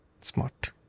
Smart